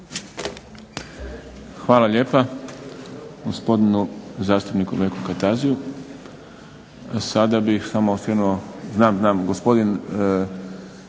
Hvala lijepa gospodinu zastupniku Veljku Kajtaziju. Sada bih samo finalno, znam, znam gospodin